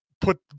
put